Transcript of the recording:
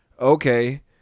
okay